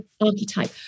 archetype